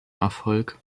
erfolg